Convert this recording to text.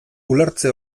ulertze